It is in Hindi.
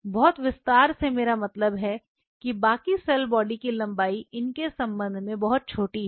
बहुत विस्तार से मेरा मतलब है कि बाकी सेल बॉडी की लंबाई इनके संबंध में बहुत छोटी है